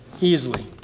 easily